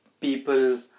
people